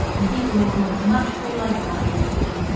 and people may talk as much as they like about their religion,